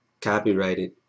copyrighted